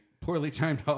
poorly-timed